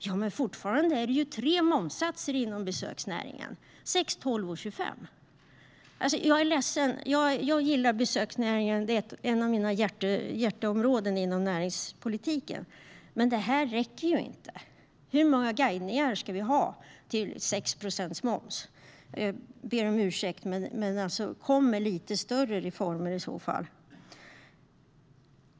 Ja, men fortfarande är det ju tre momssatser inom besöksnäringen: 6, 12 och 25 procent. Jag gillar besöksnäringen; den är ett av mina hjärteområden inom näringspolitiken. Men det här räcker inte. Hur många guidningar ska vi ha med 6 procents moms? Jag ber om ursäkt, men kom med lite större reformer i så fall!